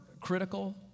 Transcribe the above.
critical